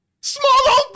small